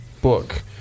book